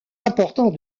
important